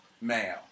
male